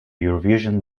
eurovision